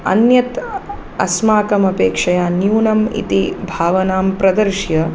अन्यत् अस्माकमपेक्षया न्यूनम् इति भावनां प्रदर्श्य